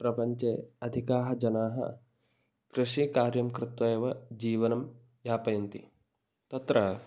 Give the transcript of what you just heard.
प्रपञ्चे अधिकाः जनाः कृषिकार्यं कृत्वैव जीवनं यापयन्ति तत्र